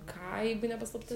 ką jeigu ne paslaptis